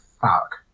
fuck